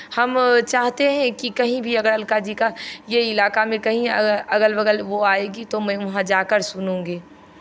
हम चाहते हैं कि कहीं भी अगर अलका जी का ये इलाका में कहीं अगल बगल वो आएगी तो मैं वहाँ जाकर सुनूंगी